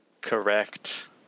Correct